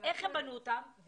איך הם בנו אותם.